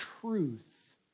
truth